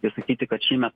ir sakyti kad šįmet